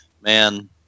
man